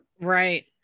Right